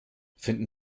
finden